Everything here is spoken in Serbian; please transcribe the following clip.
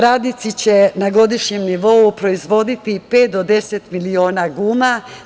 Radnici će na godišnjem nivou proizvoditi pet do 10 miliona guma.